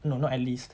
no not at least